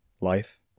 life